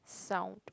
sound